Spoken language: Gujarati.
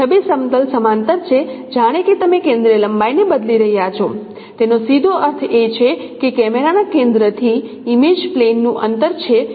તેથી છબી સમતલ સમાંતર છે જાણે કે તમે કેન્દ્રીય લંબાઈને બદલી રહ્યા છો તેનો સીધો અર્થ એ છે કે કેમેરાના કેન્દ્રથી ઇમેજ પ્લેનનું અંતર છે